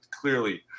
clearly –